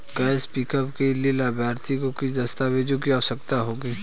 Cash pickup के लिए लाभार्थी को किन दस्तावेजों की आवश्यकता होगी?